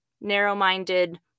narrow-minded